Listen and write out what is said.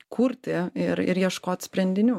kurti ir ir ieškot sprendinių